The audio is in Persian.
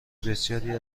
بسیاری